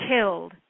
killed